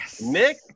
Nick